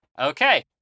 Okay